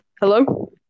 Hello